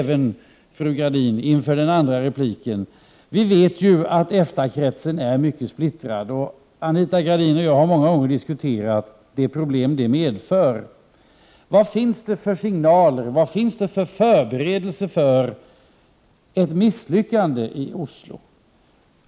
Vi vet ju att EFTA-kretsen är mycket splittrad, och Anita Gradin och jag har många gånger diskuterat de problem som detta medför. Jag vill därför fråga Anita Gradin vad det finns för signaler och förberedelser för ett misslyckande i Oslo?